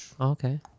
okay